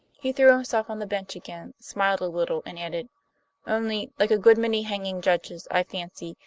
he threw himself on the bench again, smiled a little, and added only, like a good many hanging judges, i fancy,